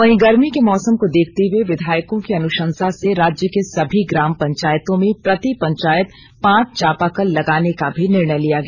वहीं गर्मी के मौसम को देखते हुए विधायकों की अनुशंसा से राज्य के सभी ग्राम पंचायतों में प्रति पंचायत पांच चापाकल लगाने का भी निर्णय लिया गया